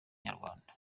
nyarwanda